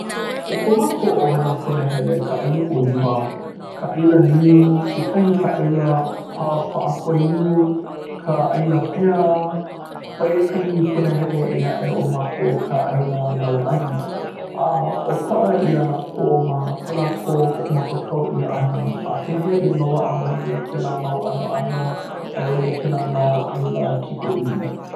ʻo ko mākou ʻohana punahele ka ʻaila oliva ka ʻaila niu, kekahi ka ʻaila pāpapa koiū, ka ʻaila pea ʻoia kahi punahele ʻē aʻe o mākou ka ʻaila lauʻai a, okoʻa ʻia lākou ma ko lākou hoʻomākaukau ʻia ana a pehea i loaʻa maila kēlā mau ʻanoʻano a i ʻole kēlā mau ʻaila kikoʻī